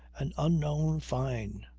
an unknown fyne.